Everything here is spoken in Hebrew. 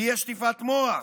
תהיה שטיפת מוח,